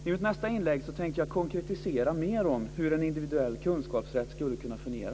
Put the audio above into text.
I mitt nästa inlägg tänker jag mer konkretisera hur en individuell kunskapsrätt skulle kunna fungera.